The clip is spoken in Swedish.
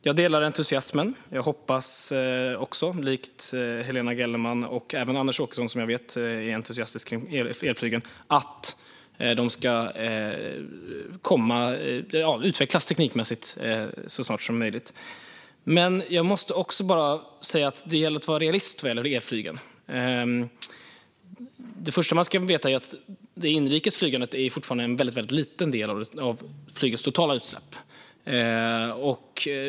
Jag delar entusiasmen, och jag hoppas också - likt Helena Gellerman och även Anders Åkesson, som jag vet är entusiastisk över elflyg - att elflygplan ska utvecklas teknikmässigt så snart som möjligt. Men det gäller att vara realist vad gäller elflygplanen. Det första man ska veta är att utsläppen från inrikesflyget fortfarande utgör en liten andel av flygets totala utsläpp.